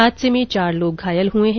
हादसे में चार लोग घायल हुए हैं